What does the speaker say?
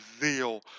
zeal